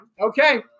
Okay